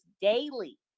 daily